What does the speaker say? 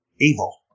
evil